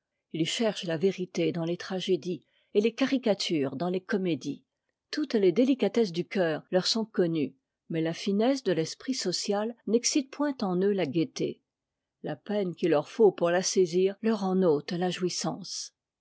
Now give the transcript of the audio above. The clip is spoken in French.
ils cherchent la vérité dans les tragédies et les caricatures dans les comédies toutes les délicatesses du coeur leur sont connues mais la finesse de l'esprit social n'excite point en eux la gaieté la peine qu'il leur faut pour la saisir leur en ôte la jouissance